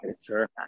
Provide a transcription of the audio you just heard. sure